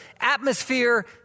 atmosphere